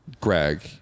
Greg